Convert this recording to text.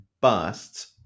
busts